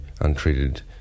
untreated